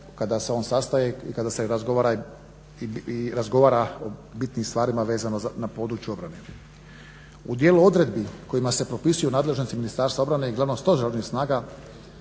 kada se on sastaje i kada se razgovara o bitnim stvarima na području obrane. U dijelu odredbi kojima se propisuju nadležnosti Ministarstva obrane i Glavnog stožera Oružanih snaga